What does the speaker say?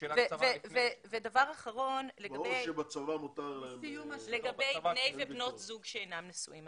דבר אחרון לגבי בני ובנות זוג שאינם נשואים,